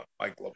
Mike